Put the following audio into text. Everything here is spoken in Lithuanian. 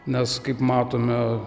nes kaip matome